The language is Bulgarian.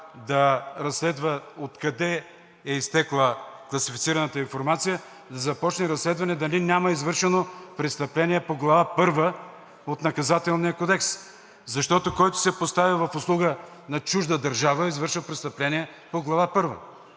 да разследва откъде е изтекла класифицираната информация, да започне разследване и дали е извършено престъпление по Глава първа от Наказателния кодекс, защото, който се постави в услуга на чужда държава, извършва престъпление по Глава първа